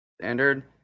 Standard